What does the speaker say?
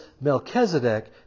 Melchizedek